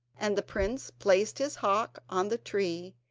and the prince placed his hawk on the tree,